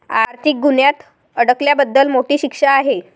आर्थिक गुन्ह्यात अडकल्याबद्दल मोठी शिक्षा आहे